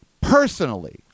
personally